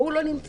והוא לא נמצא